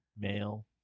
male